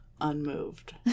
unmoved